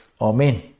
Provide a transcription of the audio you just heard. Amen